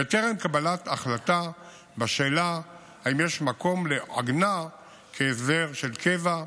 בטרם קבלת החלטה בשאלה אם יש מקום לעגנה כהסדר של קבע,